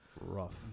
Rough